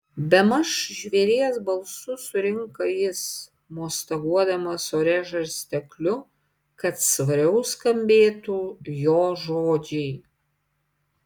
bemaž žvėries balsu surinka jis mostaguodamas ore žarstekliu kad svariau skambėtų jo žodžiai